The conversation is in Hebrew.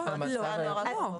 מה אנחנו עושים?